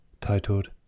titled